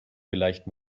vielleicht